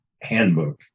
handbook